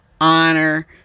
honor